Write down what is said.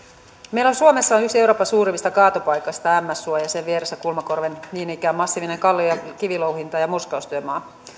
meillä suomessa on yksi euroopan suurimmista kaatopaikoista ämmässuo ja sen vieressä kulmakorven niin ikään massiivinen kallio kivilouhinta ja murskaustyömaa